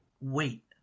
Wait